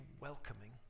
welcoming